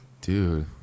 Dude